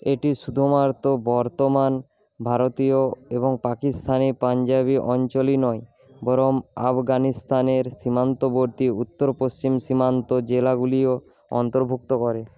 এটি শুধুমাত্র বর্তমান ভারতীয় এবং পাকিস্তানি পাঞ্জাবি অঞ্চলই নয় বরং আফগানিস্তানের সীমান্তবর্তী উত্তর পশ্চিম সীমান্ত জেলাগুলিও অন্তর্ভুক্ত করে